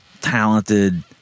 talented